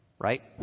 right